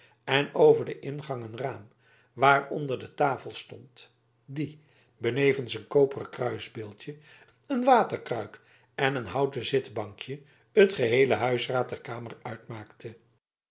en over den ingang een raam waaronder de tafel stond die benevens een koperen kruisbeeldje een waterkruik en een houten zitbankje het geheele huisraad der kamer uitmaakte